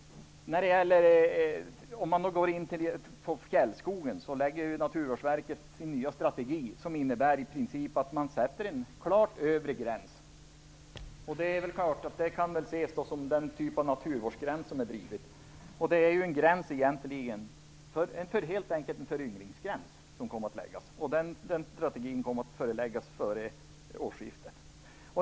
När det gäller fjällskogen lägger Naturvårdsverket fram sin nya strategi, som i princip innebär att man sätter en klar övre gräns. Det kan väl ses som en typ av naturvårdsgräns. Det är helt enkelt en föryngringsgräns. Den strategin kommer att läggas fram före årsskiftet.